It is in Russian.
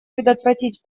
предотвратить